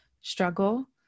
struggle